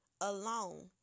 alone